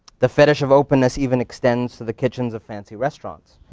the fetish of openness even extends to the kitchens of fancy restaurants,